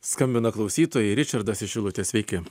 skambina klausytojai ričardas iš šilutės sveiki